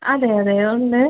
അതെ അതെ ഉണ്ട്